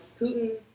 Putin